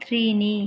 त्रीणि